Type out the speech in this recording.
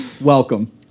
welcome